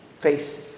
face